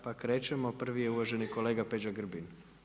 Pa krećemo, prvi je uvaženi kolega Peđa Grbin.